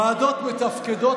ועדות מתפקדות,